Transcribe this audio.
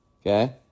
okay